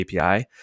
API